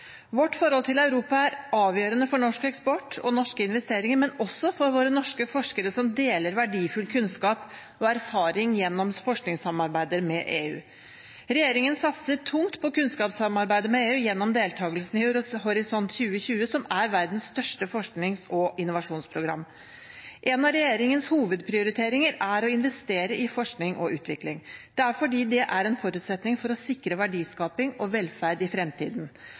Vårt forhold til Europa er avgjørende for norsk eksport og norske investeringer, men også for våre norske forskere som deler verdifull kunnskap og erfaring gjennom forskningssamarbeidet med EU. Regjeringen satser tungt på kunnskapssamarbeidet med EU gjennom deltakelsen i Horisont 2020, som er verdens største forsknings- og innovasjonsprogram. En av regjeringens hovedprioriteringer er å investere i forskning og utvikling. Det er fordi det er en forutsetning for å sikre verdiskaping og velferd i fremtiden.